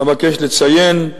אבקש לציין,